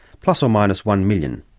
plus or minus one million.